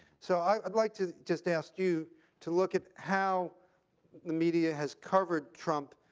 so i'd like to just ask you to look at how the media has covered trump,